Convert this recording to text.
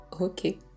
Okay